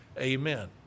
Amen